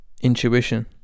intuition